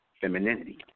femininity